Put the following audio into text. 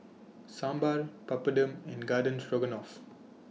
Sambar Papadum and Garden Stroganoff